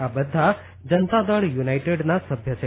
આ બધા જનતા દળ યુનાઈટેડના સભ્ય છે